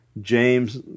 James